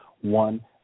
one